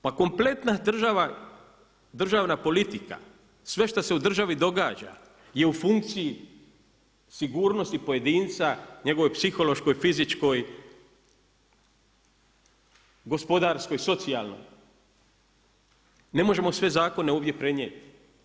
Pa kompletna državna politika, sve što se u državi događa je u funkciji sigurnosti pojedinca, njegovoj psihološkoj, fizičkoj, gospodarskoj, socijalnoj, ne možemo sve zakone ovdje prenijeti.